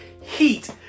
heat